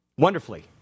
Wonderfully